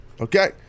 Okay